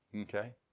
Okay